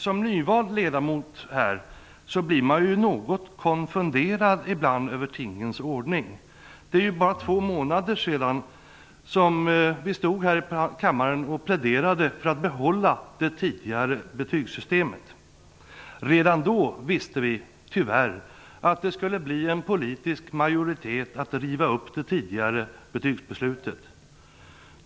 Som nyvald ledamot här blir man ibland något konfunderad över tingens ordning. Det är bara två månader sedan som vi stod här i kammaren och pläderade för att behålla det tidigare betygssystemet. Redan då visste vi tyvärr att det skulle bli en politisk majoritet för att riva upp det tidigare betygsbeslutet.